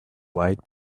white